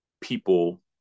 people